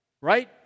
Right